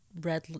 red